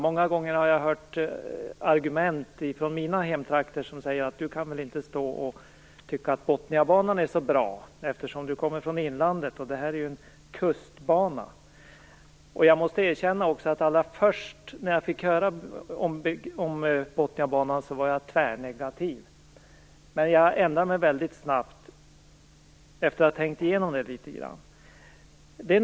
Många gånger har jag hört argument från mina hemtrakter där man säger: Du kan väl inte tycka att Botniabanan är så bra, eftersom du kommer från inlandet, och det här är ju en kustbana. Jag måste erkänna att allra först när jag fick höra om Botniabanan var jag tvärnegativ. Men jag ändrade mig väldigt snabbt, efter att ha tänkt igenom saken litet grand.